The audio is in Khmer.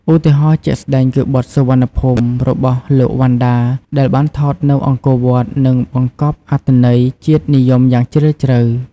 ឧទាហរណ៍ជាក់ស្ដែងគឺបទ "សុវណ្ណភូមិ " របស់ លោក វណ្ណដា ដែលបានថតនៅអង្គរវត្ត និងបង្កប់អត្ថន័យជាតិនិយមយ៉ាងជ្រាលជ្រៅ។